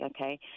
okay